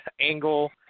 angle